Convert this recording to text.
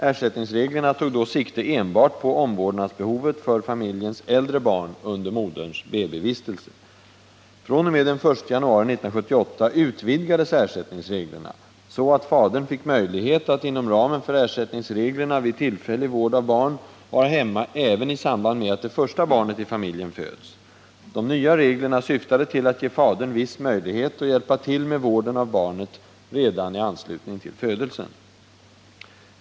Ersättningsreglerna tog då sikte enbart på omvårdnadsbehovet för familjens äldre barn under moderns BB-vistelse. fr.o.m. den 1 januari 1978 utvidgades ersättningsreglerna så att fadern fick möjlighet att inom ramen för ersättningsreglerna vid tillfällig vård av barn vara hemma även i samband med att det första barnet i familjen föds. De nya reglerna syftade till att ge fadern viss möjlighet att hjälpa till med vården av barnet redan i anslutning till födelsen.